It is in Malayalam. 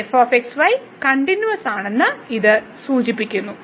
f x y കണ്ടിന്യൂവസ്സാണെന്ന് ഇത് സൂചിപ്പിക്കുന്നു